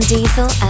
Diesel